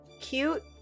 cute